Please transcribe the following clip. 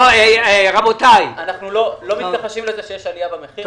אנחנו לא מתכחשים לזה שיש עלייה במחיר.